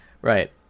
Right